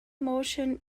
motion